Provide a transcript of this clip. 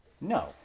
no